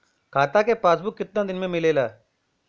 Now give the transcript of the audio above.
खाता के पासबुक कितना दिन में मिलेला?